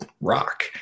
rock